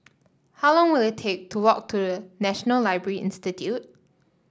how long will it take to walk to National Library Institute